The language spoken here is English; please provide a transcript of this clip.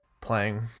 playing